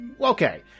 Okay